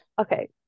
okay